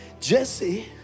Jesse